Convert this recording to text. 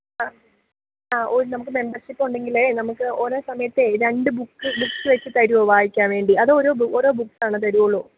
ആ ആ ഒരു നമുക്ക് മെമ്പർഷിപ്പൊണ്ടെങ്കിലേ നമുക്ക് ഒരേ സമയത്ത് രണ്ട് ബുക്ക് ബുക്സ്സ് വെച്ച് തരുമോ വായിക്കാൻ വേണ്ടി അതോ ഓരോ ഓരോ ബുക്സാണോ തരുവുള്ളൂ